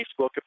Facebook